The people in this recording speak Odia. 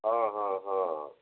ହଁ ହଁ ହଁ ହଁ